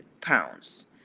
pounds